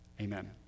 Amen